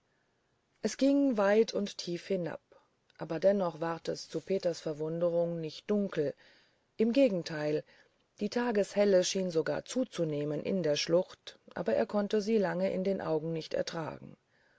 es ging weit und tief hinab aber dennoch ward es zu peters verwunderung nicht dunkler im gegenteil die tageshelle schien sogar zuzunehmen in der schlucht aber er konnte sie lange in den augen nicht ertragen